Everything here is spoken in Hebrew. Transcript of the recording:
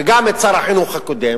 וגם את שר החינוך הקודם,